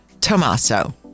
Tommaso